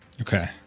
Okay